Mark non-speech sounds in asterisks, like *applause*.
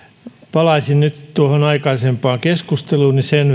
palaisin nyt tuohon aikaisempaan keskusteluuni sen *unintelligible*